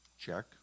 Check